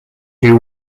you